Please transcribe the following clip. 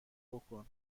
بکن